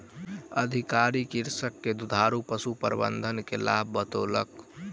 अधिकारी कृषक के दुधारू पशु प्रबंधन के लाभ बतौलक